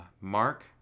Mark